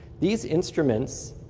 these instruments,